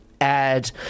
add